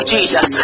Jesus